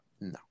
No